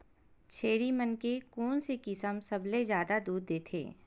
छेरी मन के कोन से किसम सबले जादा दूध देथे?